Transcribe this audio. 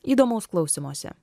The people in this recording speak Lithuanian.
įdomaus klausymosi